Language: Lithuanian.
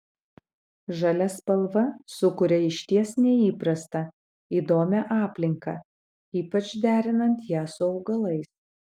žalia spalva sukuria išties neįprastą įdomią aplinką ypač derinant ją su augalais